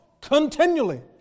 continually